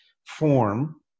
form